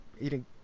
eating